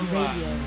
Radio